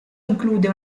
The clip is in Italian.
include